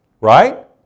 right